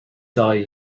die